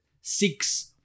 six